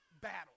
battle